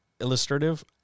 illustrative